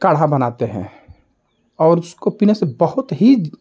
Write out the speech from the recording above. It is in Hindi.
काढ़ा बनाते हैं और उसको पीने से बहुत ही